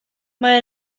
mae